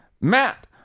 Matt